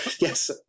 Yes